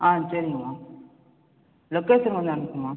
ஆ சரிங்கம்மா லொக்கேஷன் கொஞ்சம் அனுப்புங்கம்மா